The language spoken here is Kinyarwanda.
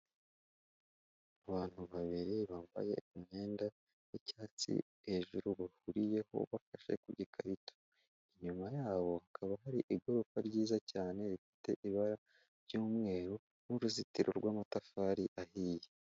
Abantu babiri bambaye imyenda y'icyatsi hejuru bakuriyeho bafashe ku gikarito, inyuma yabo hakaba hari igorofa ryiza cyane rifite ibara ry'umweru n'uruzitiro rw'amatafari ahiye.